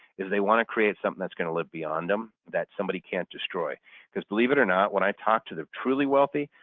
is they want to create something that's going to live beyond them that somebody can't destroy because believe it or not when i talk to the truly wealthy,